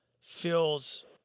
feels